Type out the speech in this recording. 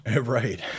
Right